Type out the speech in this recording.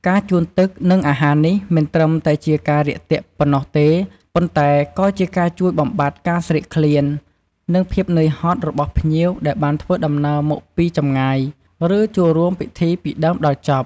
ពួកគាត់ទទួលបន្ទុកក្នុងការរៀបចំ ម្ហូបអាហារបូជាព្រះសង្ឃ និងត្រៀមទុកសម្រាប់ទទួលទានជុំគ្នាជាមួយពុទ្ធបរិស័ទដទៃទៀត រួមទាំងភ្ញៀវផងដែរ។